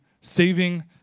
saving